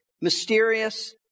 mysterious